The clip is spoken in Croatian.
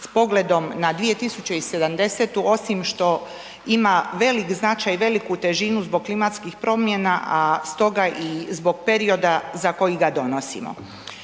s pogledom na 2070. osim što ima velik značaj i veliku težinu zbog klimatskih promjena, a stoga i zbog perioda za koji ga donosimo.